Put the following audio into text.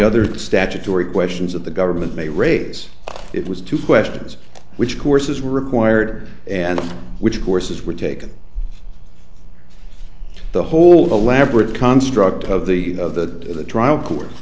other statutory questions of the government may raise it was two questions which courses were required and which courses were taken the whole the labrat construct of the of the trial